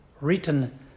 written